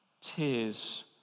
tears